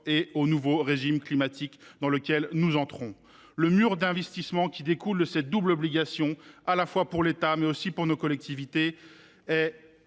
et au nouveau régime climatique dans lequel nous entrons. Le mur d’investissement qui découle de cette double obligation, non seulement pour l’État, mais aussi pour les collectivités